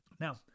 Now